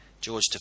George